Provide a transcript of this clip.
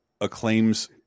acclaim's